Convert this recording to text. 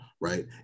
right